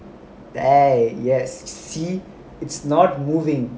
yes see it's not moving